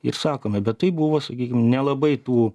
ir sakome bet tai buvo sakykim nelabai tų